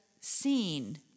seen